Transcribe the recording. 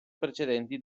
precedenti